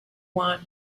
want